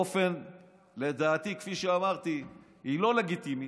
לדעתי, כמו שאמרתי, היא לא לגיטימית,